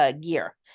gear